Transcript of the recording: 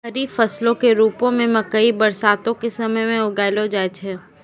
खरीफ फसलो के रुपो मे मकइ बरसातो के समय मे उगैलो जाय छै